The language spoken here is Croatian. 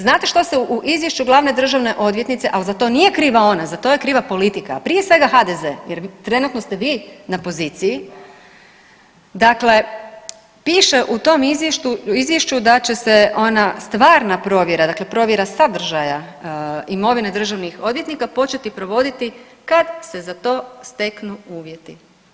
Znate što se u izvješću glavne državne odvjetnice, al za to nije kriva ona, za to je kriva politika, prije svega HDZ jer trenutno ste vi na poziciji, dakle piše u tom izvješću da će se ona stvarna provjera, dakle provjera sadržaja imovine državnih odvjetnika početi provoditi kad se za to steknu uvjeti.